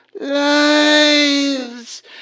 lives